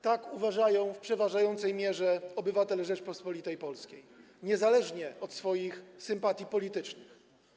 Tak uważają w przeważającej mierze obywatele Rzeczypospolitej Polskiej, niezależnie od swoich sympatii politycznych.